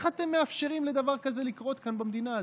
איך אתם מאפשרים לדבר כזה לקרות כאן במדינה הזאת?